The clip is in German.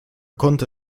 konnte